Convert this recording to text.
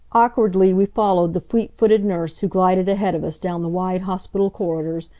awkwardly we followed the fleet-footed nurse who glided ahead of us down the wide hospital corridors,